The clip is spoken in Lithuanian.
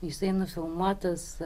jisai nufilmuotas